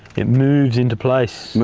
it moos into place.